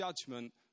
judgment